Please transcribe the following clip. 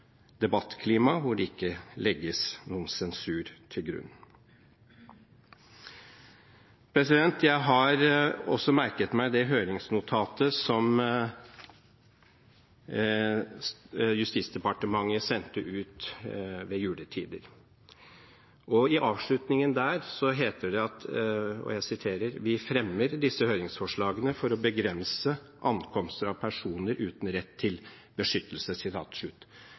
hvor det ikke legges noen sensur til grunn. Jeg har også merket meg det høringsnotatet som Justisdepartementet sendte ut ved juletider. I avslutningen der heter det: «Vi fremmer disse høringsforslagene for å begrense ankomster av personer uten rett til beskyttelse.»